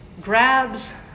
grabs